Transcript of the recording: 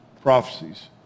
prophecies